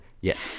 Yes